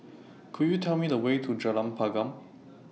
Could YOU Tell Me The Way to Jalan Pergam